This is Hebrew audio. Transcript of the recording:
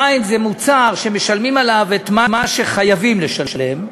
המים זה מוצר שמשלמים עליו את מה שחייבים לשלם,